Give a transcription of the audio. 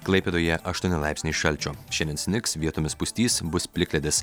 klaipėdoje aštuoni laipsniai šalčio šiandien snigs vietomis pustys bus plikledis